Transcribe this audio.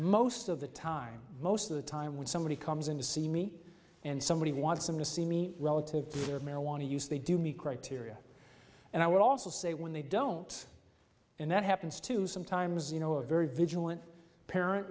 most of the time most of the time when somebody comes in to see me and somebody wants them to see me relative or marijuana use they do meet criteria and i would also say when they don't and that happens to sometimes you know a very vigilant parent